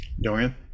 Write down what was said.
Dorian